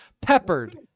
peppered